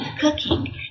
cooking